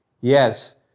Yes